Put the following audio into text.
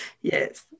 Yes